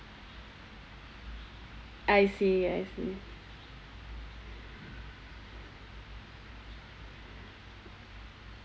I see I see